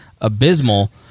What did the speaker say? abysmal